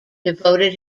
devoted